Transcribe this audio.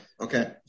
Okay